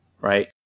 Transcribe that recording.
right